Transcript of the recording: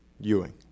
Ewing